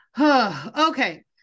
Okay